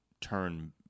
turn